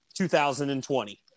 2020